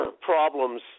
problems